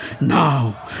Now